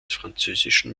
französischen